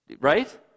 Right